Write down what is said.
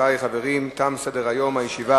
התשס"ט